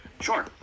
Sure